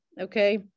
okay